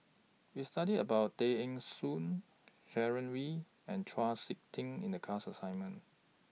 We studied about Tay Eng Soon Sharon Wee and Chau Sik Ting in The class assignment